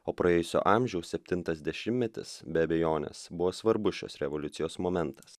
o praėjusio amžiaus septintas dešimtmetis be abejonės buvo svarbus šios revoliucijos momentas